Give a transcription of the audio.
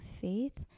faith